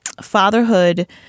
fatherhood